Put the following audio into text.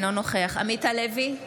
אינו נוכח עמית הלוי,